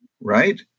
right